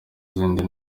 zindi